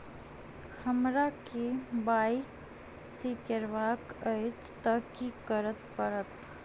हमरा केँ Y C करेवाक अछि तऽ की करऽ पड़तै?